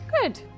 Good